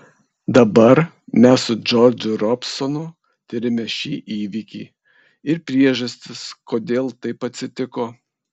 dabar mes su džordžu robsonu tiriame šį įvykį ir priežastis kodėl taip atsitiko